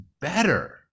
better